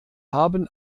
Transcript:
haben